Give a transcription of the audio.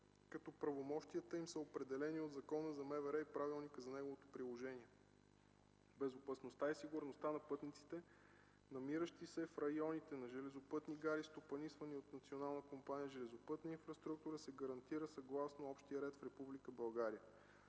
като правомощията им са определени от Закона за МВР и правилника за неговото приложение. Безопасността и сигурността на пътниците, намиращи се в районите на железопътни гари, стопанисвани от Национална компания „Железопътна инфраструктура”, се гарантира съгласно общия ред в Република България.